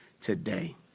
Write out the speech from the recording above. today